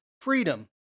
freedom